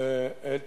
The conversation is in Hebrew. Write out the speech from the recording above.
את